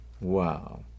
Wow